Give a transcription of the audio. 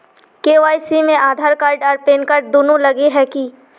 KYC में Aadhaar card आर PAN card दुनू लगे है की?